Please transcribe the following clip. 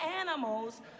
animals